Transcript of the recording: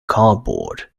cardboard